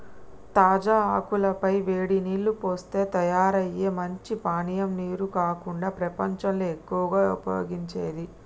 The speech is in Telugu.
తాజా ఆకుల పై వేడి నీల్లు పోస్తే తయారయ్యే మంచి పానీయం నీరు కాకుండా ప్రపంచంలో ఎక్కువగా ఉపయోగించేది